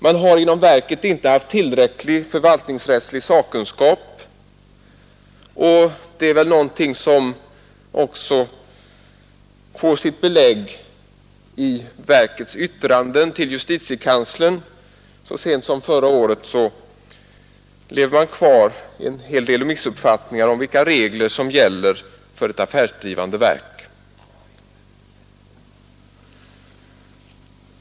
Man har inom verken inte haft tillräcklig förvaltningsrättslig sakkunskap, och det är väl någonting som också får sitt belägg i verkens yttrande till justitiekanslern; så sent som förra året levde man kvar i en hel del missuppfattningar om vilka regler som gäller för ett affärsdrivande verk.